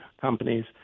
companies